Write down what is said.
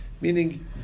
meaning